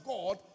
God